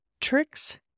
tricks